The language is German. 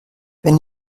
wenn